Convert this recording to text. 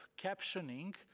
captioning